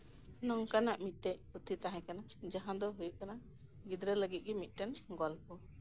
ᱱᱚᱝᱠᱟᱱᱟᱜ ᱢᱤᱫᱴᱟᱝ ᱯᱩᱛᱷᱤ ᱛᱟᱸᱦᱮ ᱠᱟᱱᱟ ᱡᱟᱸᱦᱟ ᱫᱚ ᱦᱩᱭᱩᱜ ᱠᱟᱱᱟ ᱜᱤᱫᱽᱨᱟᱹ ᱞᱟᱹᱜᱤᱫ ᱜᱤᱫᱽᱨᱟᱹ ᱞᱟᱹᱜᱤᱫ ᱜᱮ ᱢᱤᱫᱴᱟᱝ ᱜᱚᱞᱯᱚ